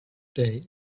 day